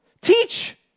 Teach